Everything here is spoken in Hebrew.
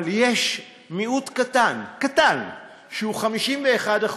אבל יש מיעוט קטן, קטן, שהוא 51%,